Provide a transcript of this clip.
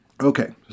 Okay